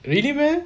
really meh